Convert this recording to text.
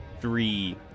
three